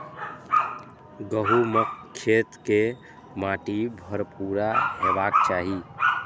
गहूमक खेत के माटि भुरभुरा हेबाक चाही